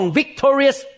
victorious